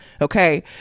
Okay